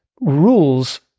rules